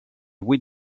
vuit